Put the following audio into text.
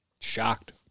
shocked